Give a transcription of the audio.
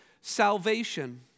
salvation